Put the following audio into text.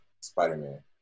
Spider-Man